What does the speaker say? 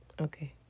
okay